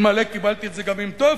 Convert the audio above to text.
אלמלא קיבלתי את זה גם עם טופס,